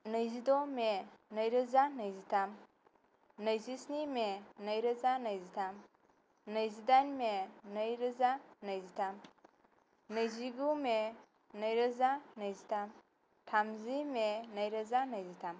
नैजिद' मे नै रोजा नैजिथाम नैजिस्नि मे नै रोजा नैजिथाम नैजिदाइन मे नै रोजा नैजिथाम नैजिगु मे नै रोजा नैजिथाम थामजि मे नै रोजा नैजिथाम